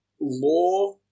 law